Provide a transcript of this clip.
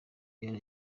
yari